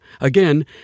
Again